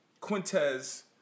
Quintez